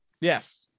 yes